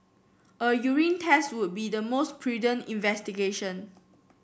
a urine test would be the most prudent investigation